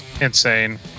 insane